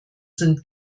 sind